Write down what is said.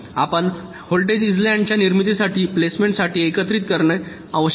आपण voltage island च्या निर्मितीसह प्लेसमेंट एकत्रित करीत आहोत